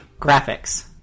Graphics